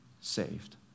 saved